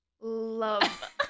Love